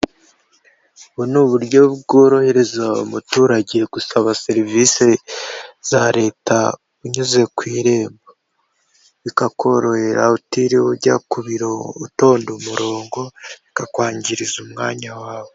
Ubu ni uburyo bworohereza umuturage gusaba serivisi za leta unyuze ku irembo bikakorohera utiriwe ujya ku biro utonda umurongo bikakwangiriza umwanya wawe.